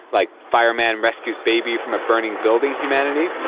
like, fireman rescues baby from a burning building humanity?